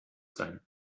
sein